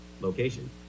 location